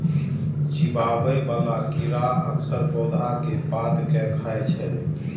चिबाबै बला कीड़ा अक्सर पौधा के पात कें खाय छै